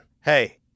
Hey